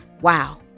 Wow